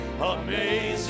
amazing